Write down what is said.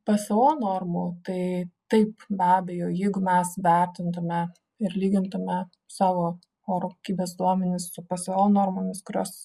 pso normų tai taip be abejo jeigu mes vertintume ir lygintume savo oro kokybės duomenis su pasaulio normomis kurios